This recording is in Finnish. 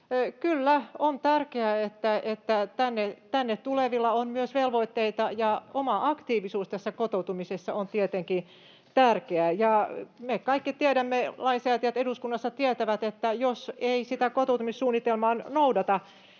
Kyllä on tärkeää, että tänne tulevilla on myös velvoitteita, ja oma aktiivisuus kotoutumisessa on tietenkin tärkeää. Me kaikki tiedämme, lainsäätäjät eduskunnassa tietävät, että jos ei sitä kotoutumissuunnitelmaa noudata,